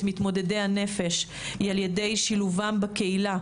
מתמודדי הנפש היא על ידי שילובם בקהילה,